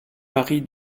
marie